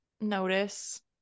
notice